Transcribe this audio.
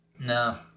No